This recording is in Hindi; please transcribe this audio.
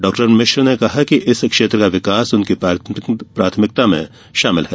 डॉ मिश्र ने कहा कि इस क्षेत्र का विकास उनकी प्राथमिकता में शामिल है